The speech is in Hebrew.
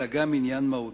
אלא גם עניין מהותי.